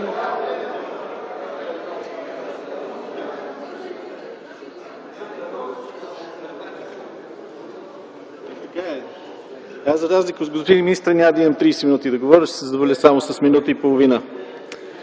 Аз, за разлика от господин министъра, няма да имам 30 минути да говоря, ще се задоволя само с минута и половина.